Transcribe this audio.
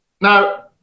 Now